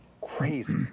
crazy